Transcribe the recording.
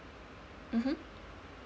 mmhmm